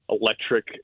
electric